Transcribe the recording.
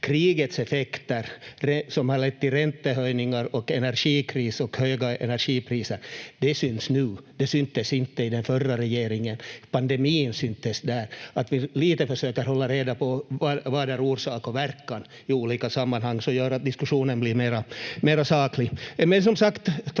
har lett till räntehöjningar och energikris och höga energipriser, de syns nu. De syntes inte i den förra regeringen. Pandemin syntes där. Att vi lite försöker hålla reda på vad som är orsak och verkan i olika sammanhang gör att diskussionen blir mer saklig.